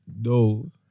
No